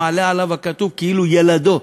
מעלה עליו הכתוב כאילו ילדו.